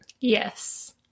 yes